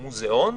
מוזיאון,